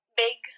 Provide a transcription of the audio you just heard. big